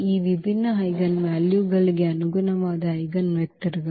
ಈ ವಿಭಿನ್ನ ಐಜೆನ್ ವ್ಯಾಲ್ಯೂಗಳಿಗೆ ಅನುಗುಣವಾದ ಐಜೆನ್ವೆಕ್ಟರ್ಗಳು